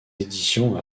éditions